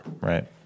right